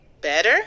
Better